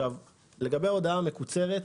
לגבי ההודעה המקוצרת,